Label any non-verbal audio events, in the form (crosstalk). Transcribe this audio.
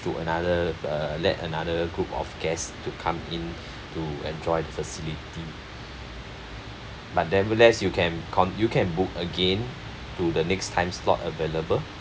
to another uh let another group of guest to come in (breath) to enjoy the facility but nevertheless you can cont~ you can book again to the next time slot available